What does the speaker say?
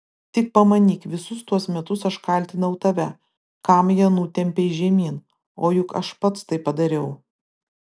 tik pamanyk visus tuos metus aš kaltinau tave kam ją nutempei žemyn o juk aš pats tai padariau